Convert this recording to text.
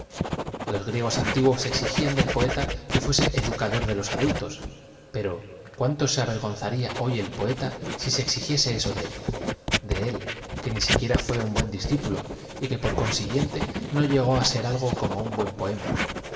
destruir losgríegot antiguos exigían del poeta que fuese educador de los adultos pero cuánto se avergonzarla hoy el pceta si se exi giese eso de él de él que ni siquiera fué un buen dis clpulo y que por consiguiente no llegó á ser algo como un buen poema